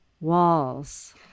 walls